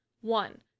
One